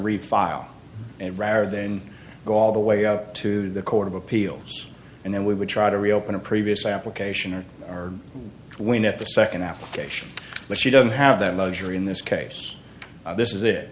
refile it rather than go all the way up to the court of appeals and then we would try to reopen a previous application or when at the second application but she doesn't have that luxury in this case this is it